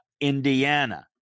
Indiana